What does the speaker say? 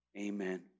Amen